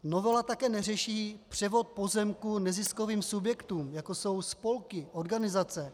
Novela také neřeší převod pozemků neziskovým subjektům, jako jsou spolky, organizace.